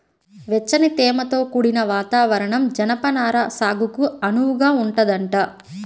వెచ్చని, తేమతో కూడిన వాతావరణం జనపనార సాగుకు అనువుగా ఉంటదంట